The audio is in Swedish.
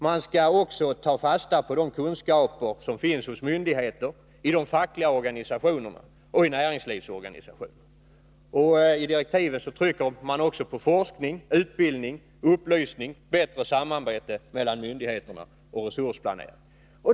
Man skall också ta fasta på de kunskaper som finns hos myndigheter, fackliga organisationer och näringslivsorganisationer. I direktiven trycker man vidare på forskning, utbildning, upplysning och på bättre samarbete mellan myndigheterna och resursplanerarna.